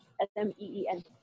S-M-E-E-N